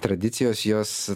tradicijos jos